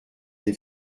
des